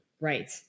right